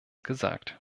gesagt